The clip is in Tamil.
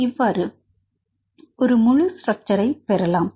இவ்வாறு ஒரு முழு ஸ்ட்ரக்சர்ஐ பெறலாம்